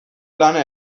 lana